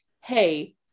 Hey